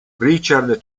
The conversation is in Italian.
richard